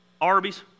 Arby's